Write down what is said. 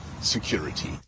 security